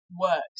works